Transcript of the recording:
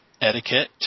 Etiquette